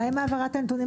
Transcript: מה עם העברת הנתונים